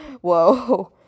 Whoa